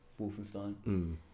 Wolfenstein